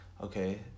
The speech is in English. okay